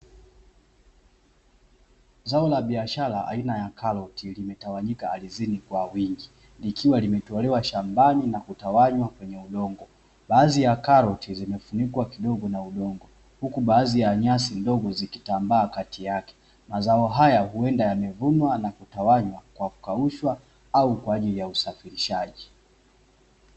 Zao la biashara, aina ya karoti limetawanyika ardhini kwa wingi, likiwa limetolewa shambani na kutawanywa kwenye udongo, baadhi ya karoti zimefunikwa kidogo na udongo, huku baadhi ya nyasi ndogo zikitambaa kati yake. Mazao haya huenda yamevunwa na kutawanywa kwa kukaushwa au kwa ajili ya usafirishaji.